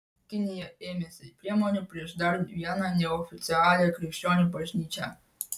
kinija ėmėsi priemonių prieš dar vieną neoficialią krikščionių bažnyčią